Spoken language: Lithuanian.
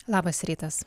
labas rytas